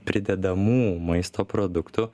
pridedamų maisto produktų